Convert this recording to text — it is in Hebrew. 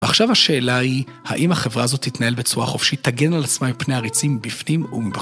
ועכשיו השאלה היא האם החברה הזאת תתנהל בצורה חופשית תגן על עצמה מפני עריצים בפנים ומבחוץ.